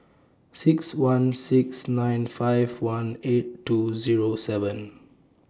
six one six nine five one eight two Zero seven